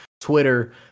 Twitter